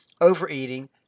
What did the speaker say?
overeating